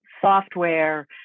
software